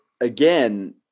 again